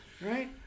Right